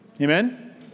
Amen